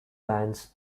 bands